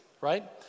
right